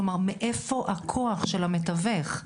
כלומר מאיפה הכוח של המתווך?